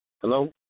hello